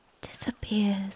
disappears